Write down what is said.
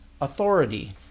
authority